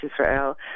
Israel